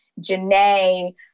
Janae